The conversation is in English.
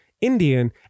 Indian